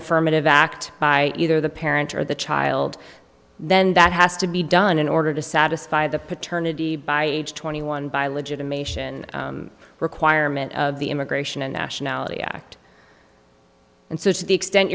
affirmative act by either the parent or the child then that has to be done in order to satisfy the paternity by age twenty one by legitimation requirement of the immigration and nationality act